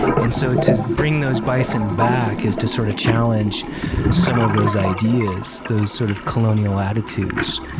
and so to bring those bison back is to sort of challenge some of those ideas, those sort of colonial attitudes.